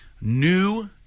New